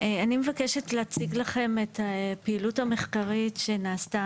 אני מבקשת להציג לכם את הפעילות המחקרית שנעשתה